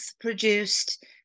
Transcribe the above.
produced